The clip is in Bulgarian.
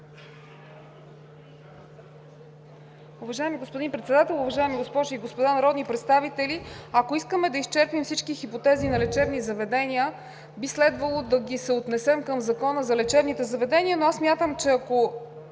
Уважаеми господин Председател, уважаеми госпожи и господа народни представители! Ако искаме да изчерпим всички хипотези на лечебни заведения, би следвало да ги съотнесем към Закона за лечебните заведения, но аз смятам, че ако